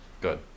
good